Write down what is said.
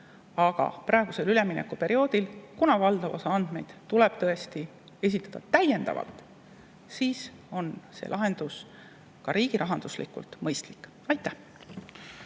aga praegusel üleminekuperioodil, kuna valdav osa andmeid tuleb esitada täiendavalt, on see lahendus ka riigirahanduslikult mõistlik. Aitäh!